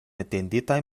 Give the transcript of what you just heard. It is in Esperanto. etenditaj